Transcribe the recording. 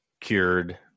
cured